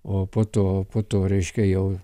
o po to po to reiškia jau